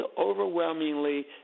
overwhelmingly